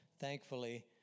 Thankfully